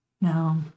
No